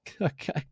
Okay